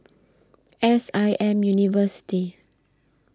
S I M University